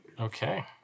Okay